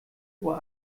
uhr